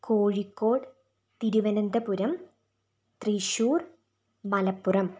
Kozhikode Thiruvananthapuram Thrissur Malappuram